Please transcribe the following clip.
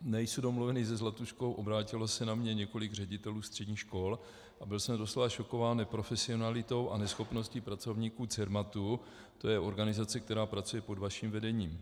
Nejsem domluvený se Zlatuškou, obrátilo se na mě několik ředitelů středních škol a byl jsem doslova šokován neprofesionalitou a neschopností pracovníků Cermatu, to je organizace, která pracuje pod vaším vedením.